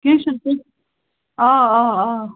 کیٚنٛہہ چھُنہٕ آ آ آ